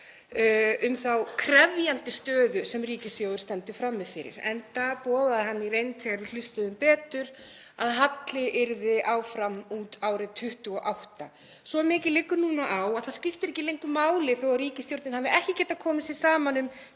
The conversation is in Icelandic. um þá „krefjandi stöðu sem ríkissjóður stendur frammi fyrir“, enda boðaði hann í reynd þegar við hlustuðum betur að halli yrði áfram út árið 2028. Svo mikið liggur núna á að það skiptir ekki lengur máli þó að ríkisstjórnin hafi ekki getað komið sér saman um